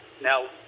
Now